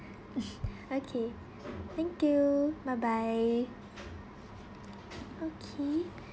okay thank you bye bye okay